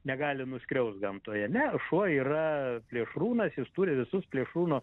negali nuskriaust gamtoje ne šuo yra plėšrūnas jis turi visus plėšrūno